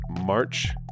March